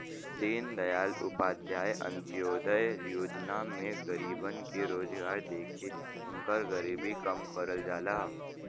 दीनदयाल उपाध्याय अंत्योदय योजना में गरीबन के रोजगार देके उनकर गरीबी कम करल जाला